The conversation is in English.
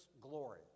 glory